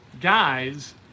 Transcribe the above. guys